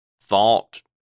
thought